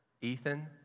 Ethan